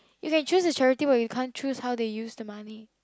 you can choose the charity but you can't choose how they use the money